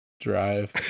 drive